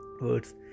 words